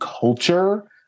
culture